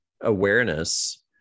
awareness